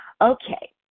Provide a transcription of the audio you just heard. Okay